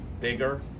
bigger